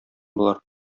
болар